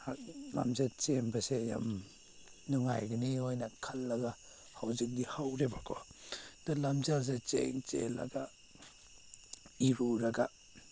ꯂꯝꯖꯦꯜ ꯆꯦꯟꯕꯁꯦ ꯌꯥꯝ ꯅꯨꯡꯉꯥꯏꯒꯅꯤ ꯑꯣꯏꯅ ꯈꯜꯂꯒ ꯍꯧꯖꯤꯛꯇꯤ ꯍꯧꯔꯦꯕꯀꯣ ꯑꯗꯨ ꯂꯝꯖꯦꯜꯁꯦ ꯆꯦꯜ ꯆꯦꯜꯂꯒ ꯏꯔꯨꯔꯒ